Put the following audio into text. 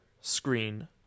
screen